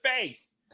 face